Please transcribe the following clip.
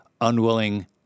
unwilling